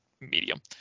medium